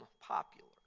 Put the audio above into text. popular